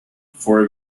for